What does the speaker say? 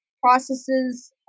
processes